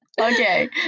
Okay